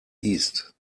east